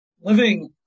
Living